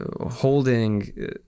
holding